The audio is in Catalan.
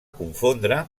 confondre